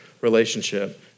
relationship